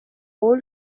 all